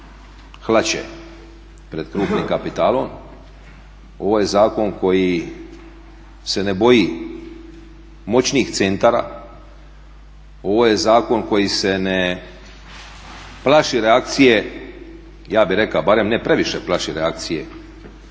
hlače pred krupnim kapitalom, ovo je zakon koji se ne boji moćnih centara. Ovo je zakon koji se ne plaši reakcije ja bih rekao barem ne previše plaši reakcije